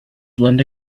linda